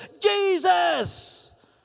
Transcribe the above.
Jesus